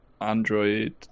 Android